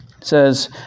Says